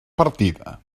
partida